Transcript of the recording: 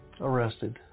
arrested